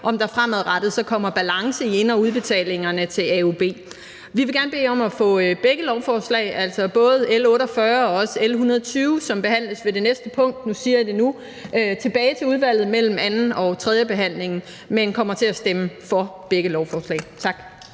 om der fremadrettet så kommer balance i ind- og udbetalingerne til AUB. Vi vil gerne bede om at få begge lovforslag, altså både L 48 og L 120, som behandles under det næste punkt – jeg siger det nu – tilbage til udvalget mellem anden- og tredjebehandlingen, men kommer til at stemme for begge lovforslag. Tak.